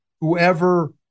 whoever